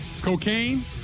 cocaine